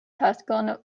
taskon